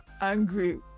angry